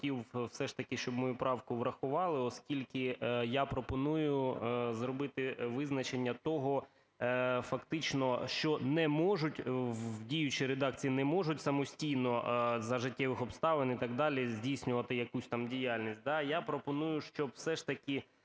б хотів все ж таки, щоб мою правку врахували, оскільки я пропоную зробити визначення того фактично, що не можуть, в діючій редакції не можуть самостійно за життєвих обставин і так далі здійснювати якусь там діяльність,